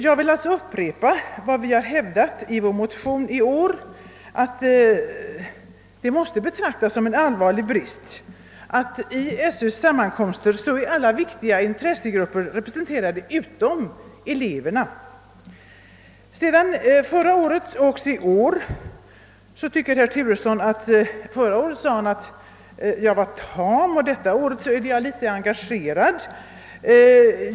Jag vill alltså upprepa vad vi hävdat i vår motion i år, nämligen att det måste betraktas som en allvarlig brist att alla viktiga intressegrupper utom eleverna är representerade vid skolöverstyrelsens sammankomster. Förra året sade herr Turesson att jag var tam och i år säger han att jag inte är engagerad.